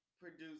produce